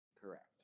Correct